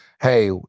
hey